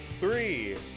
three